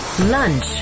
Lunch